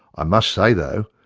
i must say though,